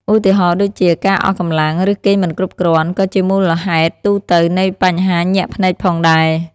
ឧទាហរណ៍ដូចជា ការអស់កម្លាំង ឬគេងមិនគ្រប់គ្រាន់ ក៏ជាមូលហេតុទូទៅនៃបញ្ហាញាក់ភ្នែកផងដែរ។